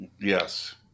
Yes